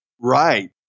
Right